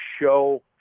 show